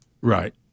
Right